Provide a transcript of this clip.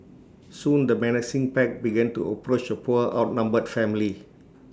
soon the menacing pack began to approach the poor outnumbered family